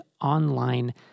online